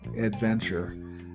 adventure